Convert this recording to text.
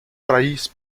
raíz